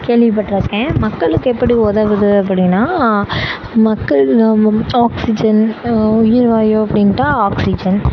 கேள்விப்பட்டிருக்கேன் மக்களுக்கு எப்படி உதவுது அப்படினா மக்கள் ஆக்சிஜென் உயிர்வாயு அப்படின்டா ஆக்சிஜென்